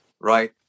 right